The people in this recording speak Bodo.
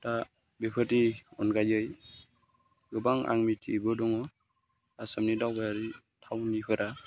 दा बेफोरबायदि अनगायै गोबां आं मिथियैबो दं आसामनि दावबायारि थावनिफोरा